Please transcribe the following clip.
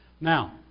Now